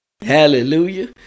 Hallelujah